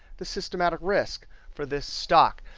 the systematic risk for this stock.